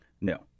No